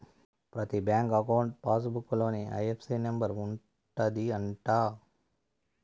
ప్రతి bank account passbook లోనే IFSC number ఉంటది అంట